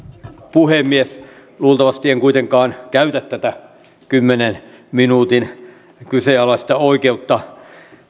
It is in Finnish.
puhemies luultavasti en kuitenkaan käytä tätä kymmenen minuutin kyseenalaista oikeutta